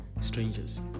strangers